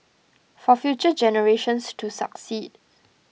for future generations to succeed